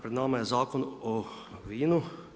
Pred nama je Zakon o vinu.